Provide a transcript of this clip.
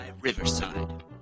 Riverside